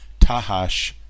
Tahash